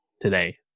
today